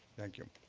thank you.